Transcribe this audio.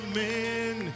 men